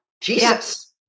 Jesus